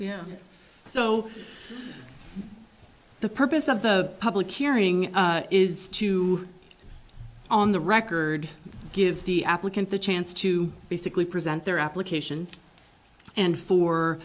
yeah so the purpose of the public hearing is to on the record give the applicant a chance to basically present their application and for